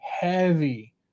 heavy